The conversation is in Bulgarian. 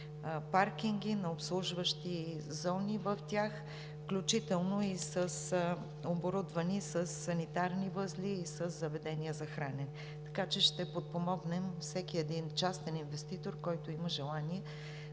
паркинги, на обслужващи зони в тях, включително и оборудвани със санитарни възли и със заведения за хранене, така че ще подпомогнем всеки един частен инвеститор, който има желание